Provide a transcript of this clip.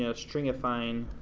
you know stringifying